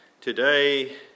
Today